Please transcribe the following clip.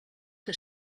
que